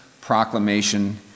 proclamation